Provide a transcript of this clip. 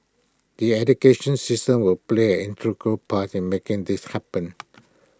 the education system will play an integral part in making this happen